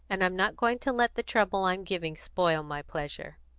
and i'm not going to let the trouble i'm giving spoil my pleasure.